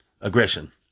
aggression